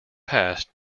passed